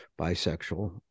bisexual